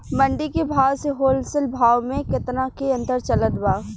मंडी के भाव से होलसेल भाव मे केतना के अंतर चलत बा?